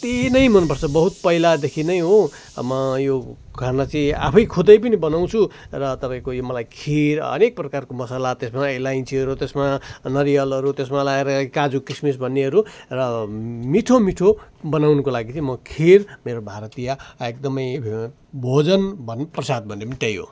अत्ति नै मन पर्छ बहुत पहिलादेखि नै हो म यो खाना चाहिँ आफै खुदै पनि बनाउँछु र तपाईँको यो मलाई खिर हरेक प्रकारको मसला त्यसमा अलैँचीहरू त्यसमा नरिवलहरू त्यसमा लाएर ए काजु किसमिस भन्नेहरू र मिठो मिठो बनाउनुको लागि चाहिँ म खिर मेरो भारतीय एकदमै भोजन भने पनि प्रसाद भने पनि त्यही हो